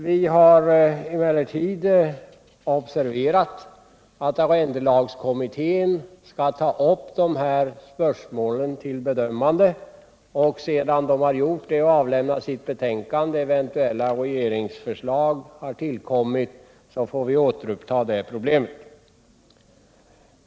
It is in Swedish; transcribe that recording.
Vi har emellertid observerat att arrendelagskommittén skall ta upp dessa spörsmål till bedömning och därefter avlämna sitt betänkande. Sedan eventuella regeringsförslag har tillkommit får vi således återuppta behandlingen av det problemet.